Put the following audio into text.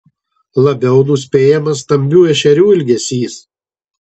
labiau nuspėjamas stambių ešerių elgesys